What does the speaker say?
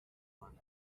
one